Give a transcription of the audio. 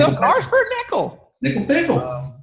um nickel? nickel pickle.